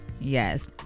Yes